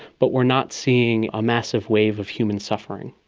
but we are not seeing a massive wave of human suffering.